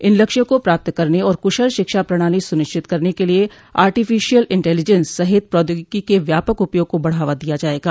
इन लक्ष्यों को प्राप्त करने और कुशल शिक्षा प्रणाली सुनिश्चित करने के लिए आर्टिफिशियल इंटेलिजेंस सहित प्रौद्योगिकी के व्यापक उपयोग को बढावा दिया जाएगा